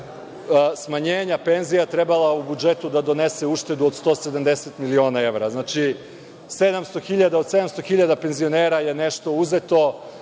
smanjenja penzija trebala budžetu da donese uštedu od 170 miliona evra. Znači, od 700.000 penzionera je nešto uzeto